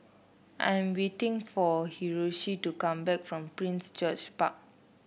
I'm waiting for Hiroshi to come back from Prince George Park